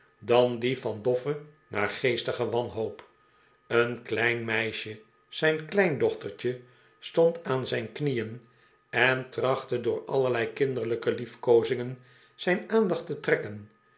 dan die van doffe naargeestige wanhoop een klein meisje zijn kleindochtertje stond aan zijn knieen en trachtte door allerlei kinderlijke liefkoozingen zijn aandacht te trekken